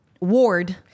ward